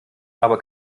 aber